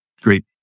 great